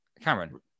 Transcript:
Cameron